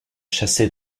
chasser